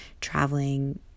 traveling